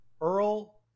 Earl